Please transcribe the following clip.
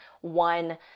one